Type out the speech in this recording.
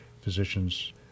physician's